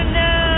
no